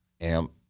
amp